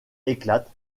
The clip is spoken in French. éclate